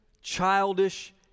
childish